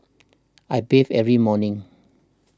I bathe every morning